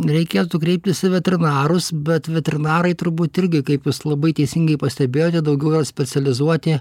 reikėtų kreiptis į veterinarus bet veterinarai turbūt irgi kaip jūs labai teisingai pastebėjote daugiau gal specializuoti